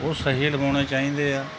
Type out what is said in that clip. ਉਹ ਸਹੀ ਲਗਾਉਣੇ ਚਾਹੀਦੇ ਆ